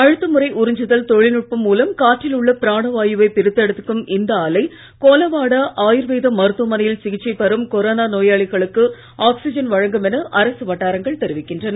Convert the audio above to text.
அழுத்த முறை உறிஞ்சுதல் தொழில்நுட்பம் மூலம் காற்றில் உள்ள பிராணவாயுவை பிரித்தெடுக்கும் இந்த ஆலை கோலவாடா ஆயுர்வேத மருத்துவமனையில் சிகிச்சை பெறும் கொரோனா நோயாளிகளுக்கு ஆக்சிஜன் வழங்கும் என அரசு வட்டாரங்கள் தெரிவிக்கின்றன